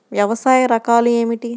వ్యవసాయ రకాలు ఏమిటి?